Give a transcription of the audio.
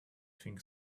think